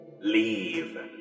leave